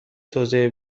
توضیح